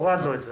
הורדנו את זה.